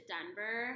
Denver